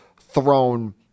thrown